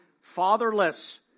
fatherless